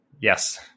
yes